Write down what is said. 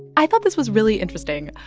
i thought this was really interesting.